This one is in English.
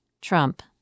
Trump